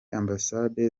ambasade